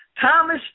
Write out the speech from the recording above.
Thomas